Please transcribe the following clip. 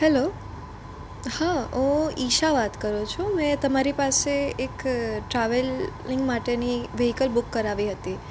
hello હા હું ઈશા વાત કરું છું મેં તમારી પાસે એક ટ્રાવેલિંગ માટેની વ્હીકલ બુક કરાવી હતી